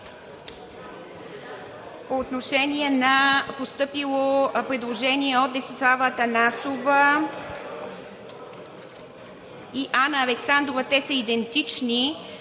По отношение на постъпили предложения от Десислава Атанасова и Анна Александрова – те са идентични,